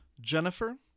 Jennifer